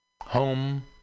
Home